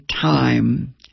time